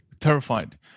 Terrified